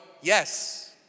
Yes